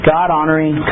God-honoring